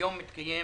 היום יתקיים